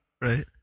Right